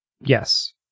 Yes